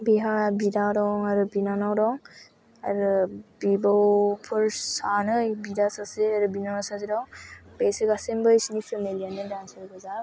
बिहा बिदा दं आरो बिनानाव दं आरो बिब'फोर सानै बिदा सासे आरो बिनानाव सासे दं बेसोर गासैमबो बिसिनि फेमिलियानो दान्सार गोजा